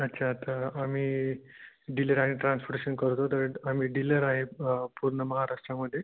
अच्छा तर आम्ही डीलर आणि ट्रान्सपोर्टेशन करतो तर आम्ही डीलर आहे पूर्ण महाराष्ट्रामध्ये